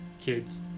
Kids